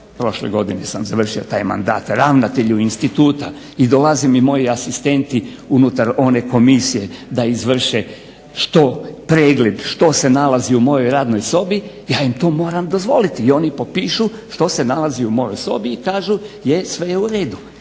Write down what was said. prošle godine sam završio taj mandat, ravnatelju instituta i dolaze mi moji asistenti unutar one komisije da izvrše pregled što se nalazi u mojoj radnoj sobi, ja im to moram dozvoliti i oni popišu što se nalazi u mojoj sobi i kažu je, sve je u redu.